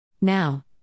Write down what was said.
Now